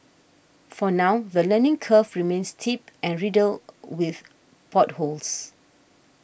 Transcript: for now the learning curve remains steep and riddled with potholes